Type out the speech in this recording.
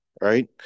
Right